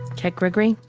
kat gregory,